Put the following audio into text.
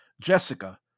Jessica